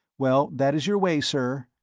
well, that is your way, sir.